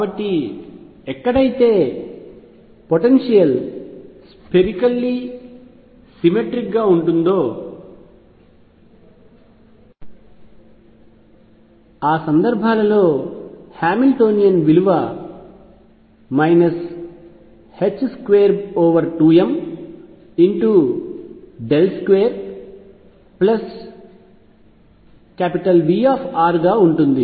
కాబట్టి ఎక్కడైతే potential spherically symmetric గా ఉంటుందో ఆ సందర్భాలలో హామిల్టోనియన్ 22m 2V ఉంటుంది